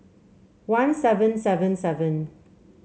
one seven seven seven